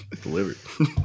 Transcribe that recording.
delivered